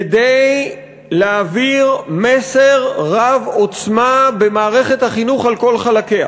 כדי להעביר מסר רב-עוצמה במערכת החינוך על כל חלקיה